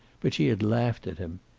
but she had laughed at him.